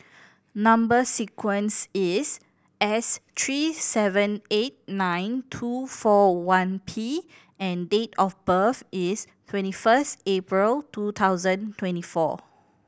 number sequence is S three seven eight nine two four one P and date of birth is twenty first April two thousand twenty four